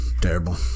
Terrible